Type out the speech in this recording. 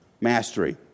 mastery